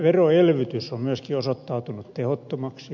veroelvytys on myöskin osoittautunut tehottomaksi